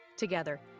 together,